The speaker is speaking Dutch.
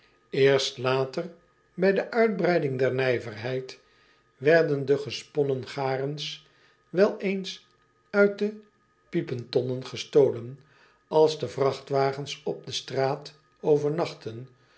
erst later bij de uitbreiding der nijverheid werden de gesponnen garens wel eens uit de piepentonnen gestolen als de vrachtwagens op de straat overnachtten